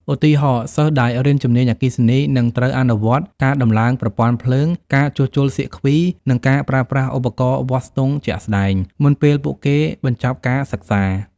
ឧទាហរណ៍ សិស្សដែលរៀនជំនាញអគ្គិសនី នឹងត្រូវអនុវត្តការតំឡើងប្រព័ន្ធភ្លើង ការជួសជុលសៀគ្វី និងការប្រើប្រាស់ឧបករណ៍វាស់ស្ទង់ជាក់ស្តែង មុនពេលពួកគេបញ្ចប់ការសិក្សា។